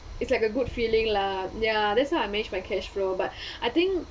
it's like a good feeling lah ya that's why I managed my cash flow but I think